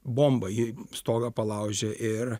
bomba ji stogą palaužė ir